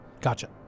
Gotcha